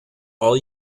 all